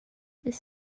this